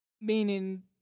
Meaning